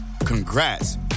Congrats